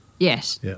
Yes